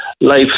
life